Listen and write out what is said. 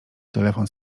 telefon